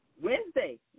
Wednesday